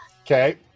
Okay